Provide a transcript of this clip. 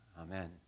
Amen